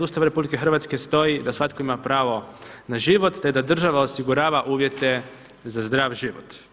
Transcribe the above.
Ustava RH stoji da svatko ima pravo na život te da država osigurava uvjete za zdrav život.